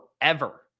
forever